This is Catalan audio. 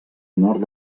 nord